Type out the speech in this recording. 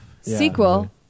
Sequel